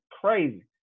crazy